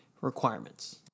requirements